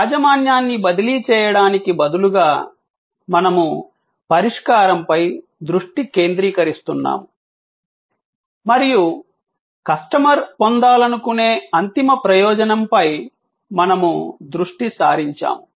యాజమాన్యాన్ని బదిలీ చేయడానికి బదులుగా మనము పరిష్కారంపై దృష్టి కేంద్రీకరిస్తున్నాము మరియు కస్టమర్ పొందాలనుకునే అంతిమ ప్రయోజనంపై మనము దృష్టి సారించాము